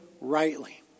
rightly